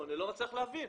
אני לא מצליח להבין.